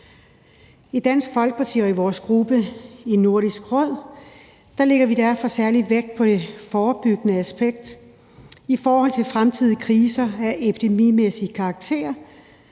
I Dansk Folkeparti og i vores gruppe i Nordisk Råd lægger vi derfor særlig vægt på det forebyggende aspekt i forhold til fremtidige kriser af epidemimæssig karakter,